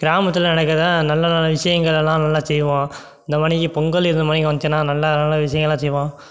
கிராமத்தில் நடக்கிற நல்ல நல்ல விஷயங்கள் எல்லாம் நல்லா செய்வோம் இந்தமாரி இ பொங்கல் இதுமாதிரி இங்கே வந்துச்சுன்னா நல்ல நல்ல விஷயங்கள்லாம் செய்வோம்